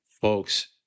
folks